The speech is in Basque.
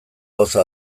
gauza